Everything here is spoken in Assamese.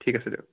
ঠিক আছে দিয়ক